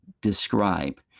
describe